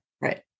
Right